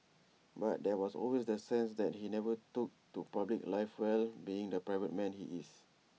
but there was always the sense that he never took to public life well being the private man he is